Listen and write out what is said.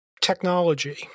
technology